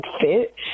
fit